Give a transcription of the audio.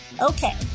Okay